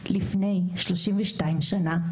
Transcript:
לפני 32 שנה,